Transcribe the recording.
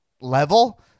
level